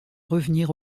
revenir